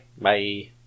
Bye